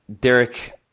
Derek